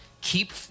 keep